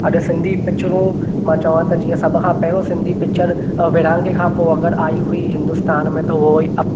अॼु सिंधी पिचरूं मा चवां त जीअं सभ खां पहिरियों सिंधी पिचर विरहाङे खां पोइ अगरि आई हुई हिंदुस्तान में उहा हुई अ